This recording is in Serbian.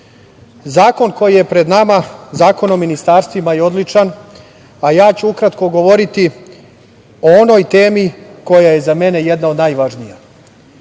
decu“.Zakon koji je pred nama, Zakon o ministarstvima je odličan, a ja ću ukratko govoriti o onoj temi koja je za mene jedna od najvažnijih. Kao